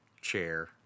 chair